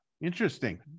Interesting